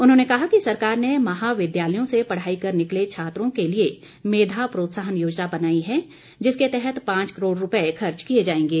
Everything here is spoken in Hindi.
उन्होंने कहा कि सरकार ने महाविद्यालयों से पढ़ाई कर निकले छात्रों के लिए मेधा प्रोत्साहन योजना बनाई है जिसके तहत पांच करोड़ रूपए खर्च किए जाएंगे